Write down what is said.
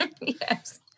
yes